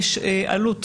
יש קשר ישיר והדוק.